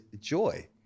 joy